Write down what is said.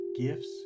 gifts